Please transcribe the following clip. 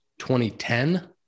2010